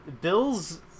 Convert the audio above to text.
Bill's